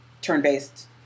turn-based –